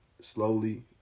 slowly